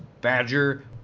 badger